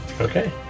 Okay